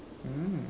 mm